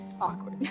awkward